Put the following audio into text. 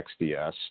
XDS